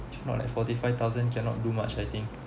if not like forty five thousand cannot do much I think